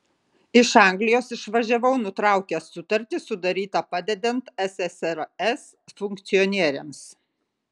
iš anglijos išvažiavau nutraukęs sutartį sudarytą padedant ssrs funkcionieriams